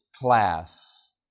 class